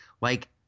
Like-